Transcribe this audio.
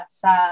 sa